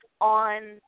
on